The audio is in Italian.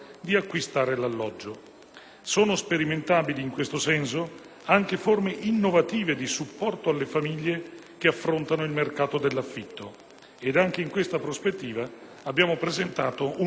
Sono sperimentabili, in questo senso, anche forme innovative di supporto alle famiglie che affrontano il mercato dell'affitto. Anche in questa prospettiva abbiamo presentato un ulteriore ordine del giorno.